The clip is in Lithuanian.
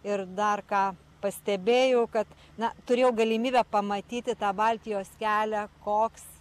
ir dar ką pastebėjau kad na turėjau galimybę pamatyti tą baltijos kelią koks